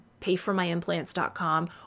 payformyimplants.com